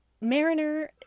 Mariner